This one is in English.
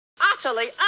Utterly